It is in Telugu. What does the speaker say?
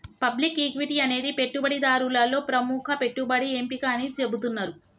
పబ్లిక్ ఈక్విటీ అనేది పెట్టుబడిదారులలో ప్రముఖ పెట్టుబడి ఎంపిక అని చెబుతున్నరు